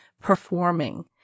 performing